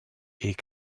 est